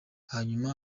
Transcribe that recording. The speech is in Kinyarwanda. hanyuma